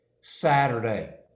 Saturday